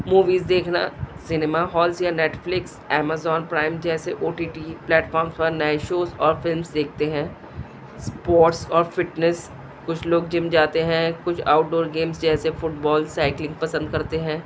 movies دیکھنا cinema halls یا Netflix Amazon Prime جیسے او ٹی ٹی پلیٹفارمس پر نئے شوز اور فلمس دیکھتے ہیں اسپورٹس اور فٹنیس کچھ لوگ جم جاتے ہیں کچھ آؤٹ ڈور گیمس جیسے فٹ بال سائیکلنگ پسند کرتے ہیں